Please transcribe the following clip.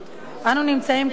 אנו נמצאים כאן היום,